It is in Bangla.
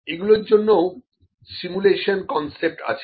এগুলোর জন্য ও সিমুলেশনের কনসেপ্ট আছে